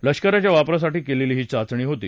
लष्कराच्या वापरासाठी केलेली ही चाचणी होती